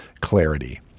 clarity